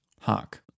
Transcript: Hark